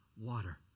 water